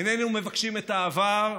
איננו מבקשים את העבר,